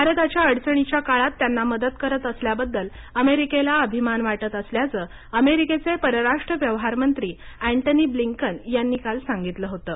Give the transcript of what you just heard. भारताच्या अडचणीच्या काळात त्यांना मदत करत असल्याबद्दल अमेरिकेला अभिमान वाटत असल्याचं अमेरिकेचे परराष्ट्र व्यवहार मंत्री अँटनी ब्लिंकन यांनी काल सांगितलं होतं